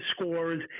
scores